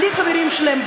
בלי חברים שלהם,